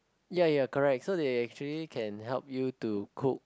ya you are correct so they actually can help you to cook